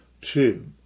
Two